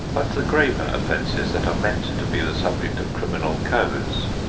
but the graver offenses that are meant to be the subject of criminal codes.